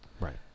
Right